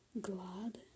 glad